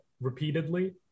repeatedly